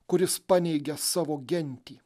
kuris paneigia savo gentį